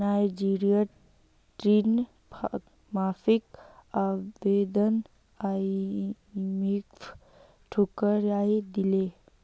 नाइजीरियार ऋण माफी आवेदन आईएमएफ ठुकरइ दिले